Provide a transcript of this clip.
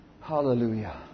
Hallelujah